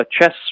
chess